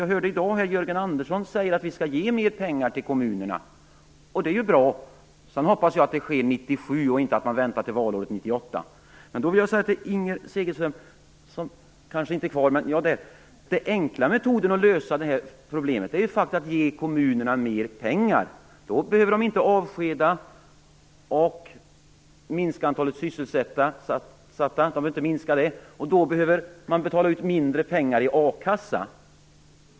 Jag hörde i dag Jörgen Andersson säga att vi skall ge mer pengar till kommunerna. Det är ju bra. Jag hoppas att det sker 1997 och att man inte väntar till valåret 1998. Till Inger Segelström vill jag säga att den enkla metoden att lösa det här problemet är faktiskt att ge kommunerna mer pengar. Då behöver de inte avskeda och minska antalet sysselsatta. Och då kan man betala ut mindre pengar från a-kassan.